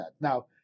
Now